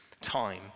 time